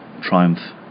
triumph